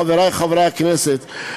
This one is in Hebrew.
חברי חברי הכנסת,